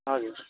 हजुर